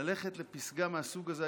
ללכת לפסגה מהסוג הזה.